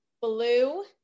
blue